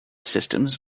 systems